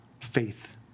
faith